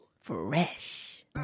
fresh